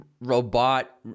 robot